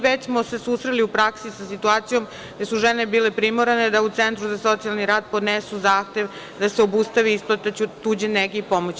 Već smo se susreli u praksi sa situacijom gde su žene bile primorane da u Centru za socijalni rad podnesu zahtev da se obustavi isplata tuđe nege i pomoći.